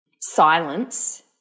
silence